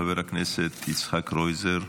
חבר הכנסת יצחק קרויזר,